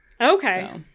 Okay